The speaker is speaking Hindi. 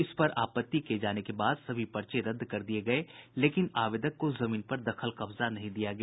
इस पर आपत्ति किये जाने के बाद सभी पर्चे रद्द कर दिये गये लेकिन आवेदक को जमीन पर दखल कब्जा नहीं दिया गया